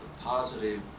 positive